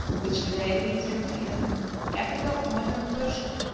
which to-day leads from teheran, capital of modern persia,